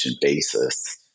basis